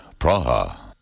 Praha